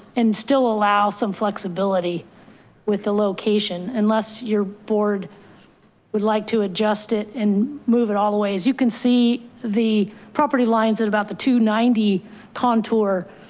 and still allow some flexibility with the location, unless your board would like to adjust it and move it all the way as you can see the property lines at about the two ninety contour.